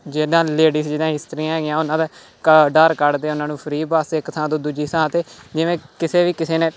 ਜਿੱਦਾਂ ਲੇਡੀਸ ਜਿੱਦਾਂ ਇਸਤਰੀਆਂ ਹੈਗੀਆਂ ਉਹਨਾਂ ਦਾ ਕਾ ਆਧਾਰ ਕਾਰਡ 'ਤੇ ਉਹਨਾਂ ਨੂੰ ਫਰੀ ਬੱਸ 'ਤੇ ਇੱਕ ਥਾਂ ਤੋਂ ਦੂਜੀ ਥਾਂ 'ਤੇ ਜਿਵੇਂ ਕਿਸੇ ਵੀ ਕਿਸੇ ਨੇ